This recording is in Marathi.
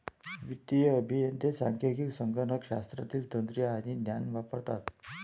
वित्तीय अभियंते सांख्यिकी, संगणक शास्त्रातील तंत्रे आणि ज्ञान वापरतात